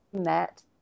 met